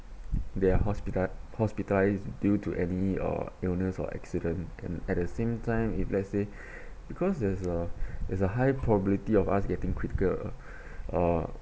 they are hospital hospitalised due to any or illness or accidents and at the same time if let's say because there's a there's a high probability of us getting critical uh